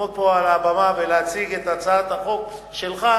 לעמוד פה על הבמה ולהציג את הצעת החוק שלך,